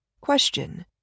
Question